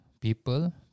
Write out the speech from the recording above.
people